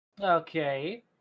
Okay